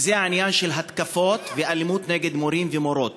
וזה העניין של התקפות ואלימות נגד מורים ומורות.